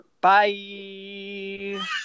Bye